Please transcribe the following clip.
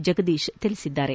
ಜಗದೀಶ್ ತಿಳಿಸಿದ್ದಾರೆ